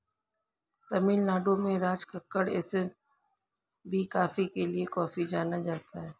तमिल नाडु में राजकक्कड़ एस्टेट भी कॉफी के लिए काफी जाना जाता है